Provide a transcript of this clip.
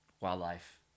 wildlife